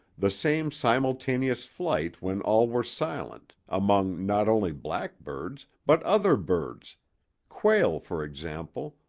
the same simultaneous flight when all were silent, among not only blackbirds, but other birds quail, for example,